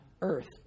earth